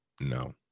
no